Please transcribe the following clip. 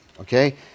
okay